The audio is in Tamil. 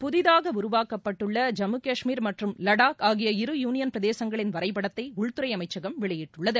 புதிதாக உருவாக்கப்பட்டுள்ள ஜம்மு கஷ்மீர் மற்றும் லடாக் ஆகிய இரு யூனியன் பிரதேசங்களின் வரைபடத்தை உள்துறை அமைச்சகம் வெளியிட்டுள்ளது